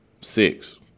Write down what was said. Six